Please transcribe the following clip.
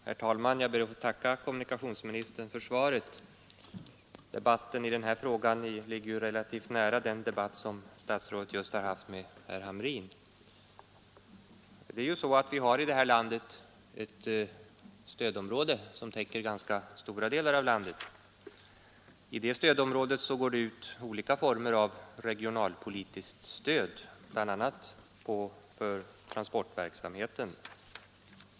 Herr talman! Jag ber att få tacka kommunikationsministern för svaret. Debatten i denna fråga ligger ju relativt nära den debatt som statsrådet just har haft med herr Hamrin. Det är ju så att vi har ett stödområde som täcker ganska stora delar av landet. I det stödområdet går det ut olika former av regionalpolitiskt stöd, bl.a. för transportverksamheten.